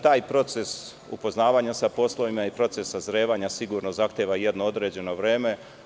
Taj proces upoznavanja sa poslovima i proces sazrevanja sigurno zahteva jedno određeno vreme.